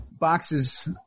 boxes